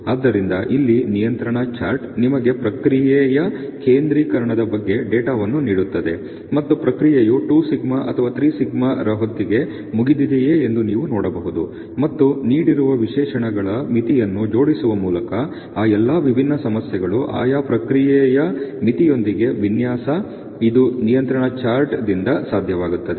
ಆದ್ದರಿಂದ ಇಲ್ಲಿ ನಿಯಂತ್ರಣ ಚಾರ್ಟ್ ನಿಮಗೆ ಪ್ರಕ್ರಿಯೆಯ ಕೇಂದ್ರೀಕರಣದ ಬಗ್ಗೆ ಡೇಟಾವನ್ನು ನೀಡುತ್ತದೆ ಮತ್ತು ಪ್ರಕ್ರಿಯೆಯು 2σ ಅಥವಾ 3σ ರ ಹೊತ್ತಿಗೆ ಮುಗಿದಿದೆಯೆ ಎಂದು ನೀವು ನೋಡಬಹುದು ಮತ್ತು ನೀಡಿರುವ ವಿಶೇಷಣಗಳ ಮಿತಿಯನ್ನು ಜೋಡಿಸುವ ಮೂಲಕ ಆ ಎಲ್ಲಾ ವಿಭಿನ್ನ ಸಮಸ್ಯೆಗಳು ಆಯಾ ಪ್ರಕ್ರಿಯೆಯ ಮಿತಿಯೊಂದಿಗೆ ವಿನ್ಯಾಸ ಇದು ನಿಯಂತ್ರಣ ಚಾರ್ಟ್ ದಿಂದ ಸಾಧ್ಯವಾಗುತ್ತದೆ